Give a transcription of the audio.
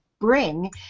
bring